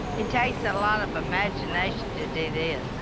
it takes and a lot of imagination to do this.